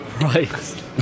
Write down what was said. right